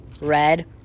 Red